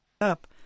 up